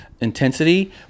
intensity